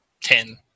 Ten